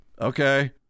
Okay